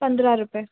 पंदरहां रुपए